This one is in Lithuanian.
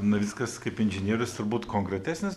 navickas kaip inžinierius turbūt konkretesnis